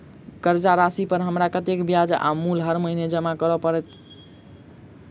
कर्जा राशि पर हमरा कत्तेक ब्याज आ मूल हर महीने जमा करऽ कऽ हेतै?